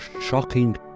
shocking